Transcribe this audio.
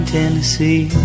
Tennessee